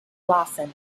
lawson